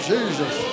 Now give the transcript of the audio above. Jesus